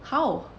how